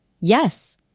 Yes